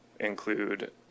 include